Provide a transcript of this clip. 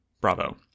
bravo